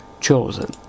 chosen